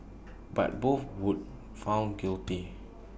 but both were found guilty